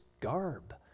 garb